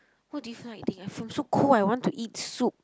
what do you feel like eating I'm so so cold I want to eat soup